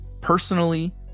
personally